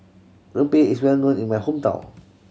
rempeyek is well known in my hometown